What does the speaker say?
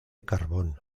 carbón